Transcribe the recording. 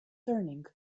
turning